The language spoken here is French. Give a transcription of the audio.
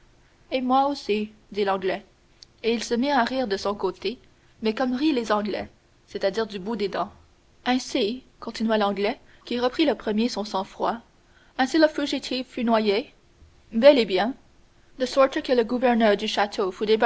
et moi aussi dit l'anglais et il se mit à rire de son côté mais comme rient les anglais c'est-à-dire du bout des dents ainsi continua l'anglais qui reprit le premier son sang-froid ainsi le fugitif fut noyé bel et bien de sorte que le gouverneur du